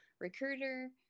recruiter